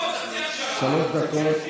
שלוש דקות.